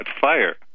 fire